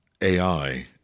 AI